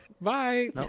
Bye